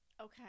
Okay